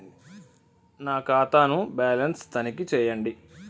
నా ఖాతా ను బ్యాలన్స్ తనిఖీ చేయండి?